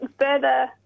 further